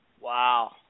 Wow